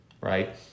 right